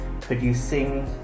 producing